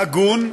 הגון.